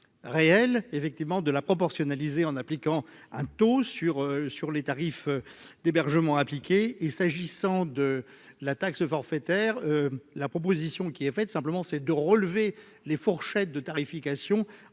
réel effectivement de la proportionnelle Izé en appliquant un taux sur sur les tarifs d'hébergement et s'agissant de la taxe forfaitaire, la proposition qui est faite simplement c'est de relever les fourchettes de tarification